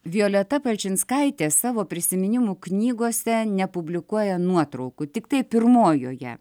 violeta palčinskaitė savo prisiminimų knygose nepublikuoja nuotraukų tiktai pirmojoje